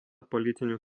politinių